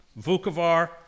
Vukovar